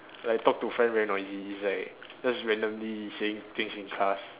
like talk to friend very noisy it's like just randomly saying things in class